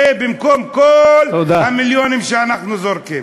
זה במקום כל המיליונים שאנחנו זורקים.